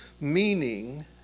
meaning